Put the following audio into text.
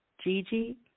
Gigi